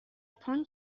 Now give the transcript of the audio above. پانگ